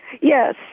Yes